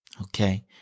Okay